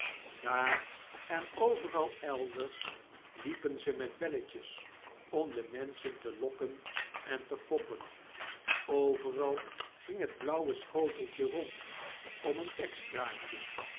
daar en overal elders liepen ze met belletjes om de menschen te lokken en te foppen overal ging het blauwe schoteltje rond om een extraatje